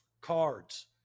cards